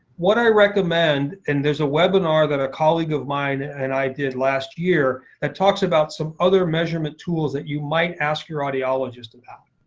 what i recommend and there's a webinar that a colleague of mine and i did last year that talks about some other measurement tools that you might ask your audiologist about.